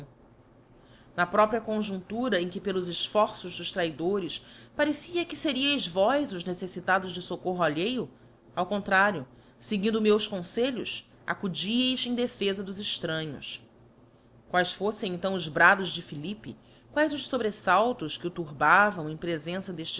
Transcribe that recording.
na própria onjunchira em que pelos eltorços dos traidores parecia que ferieis vós os neceflitados de focorro alheio ao contrario feguindo meus confelhos acudieis em defefa dos extranhos quaes foftem então os brados de philippe quaes os fobrefaltos que o turbavam em prciença